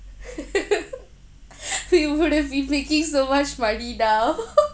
we would've be making so much money now